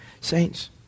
saints